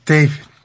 David